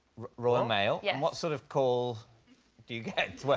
royal mail? yeah. and what sort of call do you get,